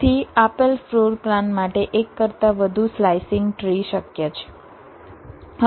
તેથી આપેલ floor plan માટે એક કરતાં વધુ સ્લાઈસિંગ ટ્રી શક્ય છે